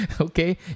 Okay